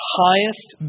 highest